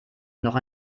noch